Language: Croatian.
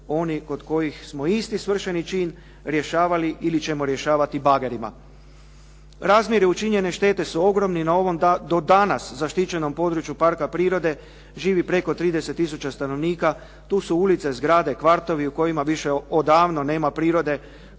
oni kod kojih smo isti svršeni čin rješavali ili ćemo rješavati bagerima. Razmjeri učinjene štete su ogromni. Na ovom do danas zaštićenom području parka prirode živi preko 30000 stanovnika. Tu su ulice, zgrade, kvartovi u kojima više odavno nema prirode